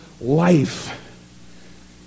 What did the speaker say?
life